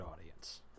audience